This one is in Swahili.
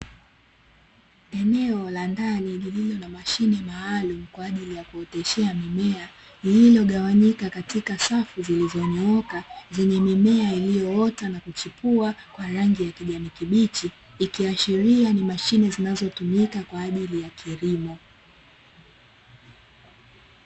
Eneo la ndani lililo na mashine maalumu kwa ajili ya kuoteshea mimea, lililogawanyika katika safu zilizonyooka, zenye mimea iliyoota na kuchipua kwa rangi ya kijani kibichi, ikiashiria ni mashine zinazotumika kwa ajili ya kilimo.